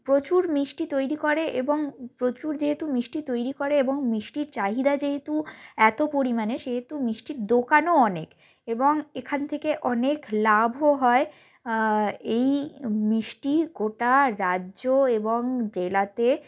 প্রচুর মিষ্টি তৈরি করে এবং প্রচুর যেহেতু মিষ্টি তৈরি করে এবং মিষ্টির চাহিদা যেহেতু এত পরিমাণে সেহেতু মিষ্টির দোকানও অনেক এবং এখান থেকে অনেক লাভও হয় এই মিষ্টি গোটা রাজ্য এবং জেলাতে